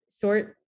short